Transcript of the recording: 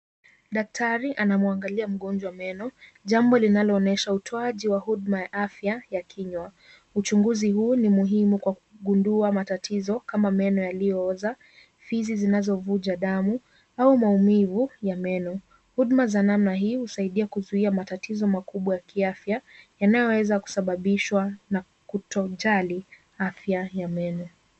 Daktari anamwangalia mtoto meno, jambo linaloonyesha utoaji wa huduma za afya wa kinywa. Uchunguzi huu ni muhimu kwa kugundua matatizo kama meno yaliyooza, fizi zinazovuja damu au maumivu ya meno. Huduma za namna hii husaidia kuzuia matatizo makubwa ya kiafya yanayoweza kusababishwa na kutojali afya ya meno.